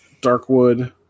Darkwood